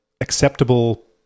acceptable